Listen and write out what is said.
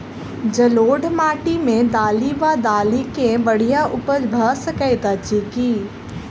जलोढ़ माटि मे दालि वा दालि केँ बढ़िया उपज भऽ सकैत अछि की?